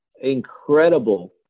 incredible